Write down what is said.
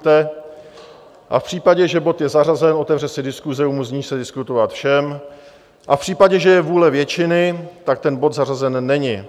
A v případě, že bod je zařazen, otevře se diskuse, umožní se diskutovat všem a v případě, že je vůle většiny, tak ten bod zařazen není.